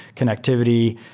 connectivity.